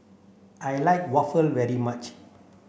I like waffle very much